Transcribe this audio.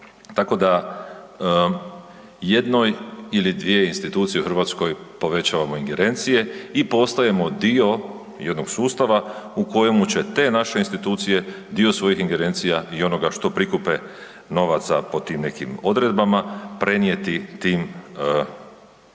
tako da, jednoj ili dvije institucije u Hrvatskoj povećavamo ingerencije i postajemo dio jednog sustava u kojemu će te naše institucije dio svojih ingerencija i onoga što prikupe novaca po tim nekim odredbama, prenijeti tim institucijama